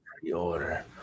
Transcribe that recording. Pre-order